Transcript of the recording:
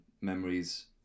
memories